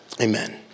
Amen